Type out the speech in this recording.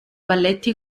balletti